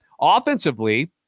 Offensively